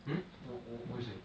hmm wh~ wh~ what you say